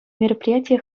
мероприятие